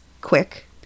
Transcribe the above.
quick